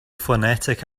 phonetic